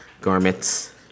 Garments